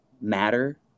matter